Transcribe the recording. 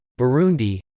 Burundi